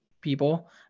people